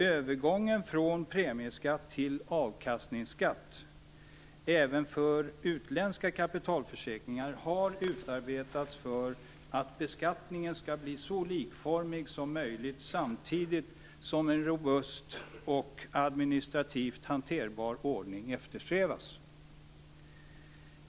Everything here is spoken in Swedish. Övergången från premieskatt till avkastningsskatt även för utländska kapitalförsäkringar har utarbetats för att beskattningen skall bli så likformig som möjligt samtidigt som en robust och administrativt hanterbar ordning eftersträvas.